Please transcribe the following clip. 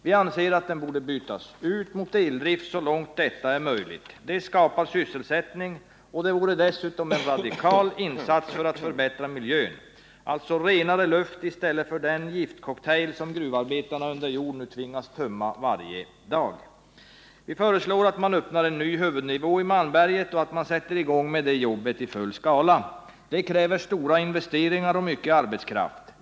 Vi anser att den så långt det är möjligt borde bytas ut mot eldrift. Det skapar sysselsättning, och det vore en radikal insats för att förbättra miljön; renare luft i stället för den giftcocktail som gruvarbetarna under jord nu tvingas tömma varje dag. Vi föreslår att man öppnar en ny huvudnivå i Malmberget och att man sätter i gång med det jobbet i full skala. Det kräver stora investeringar och mycken arbetskraft.